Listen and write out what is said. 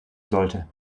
sollte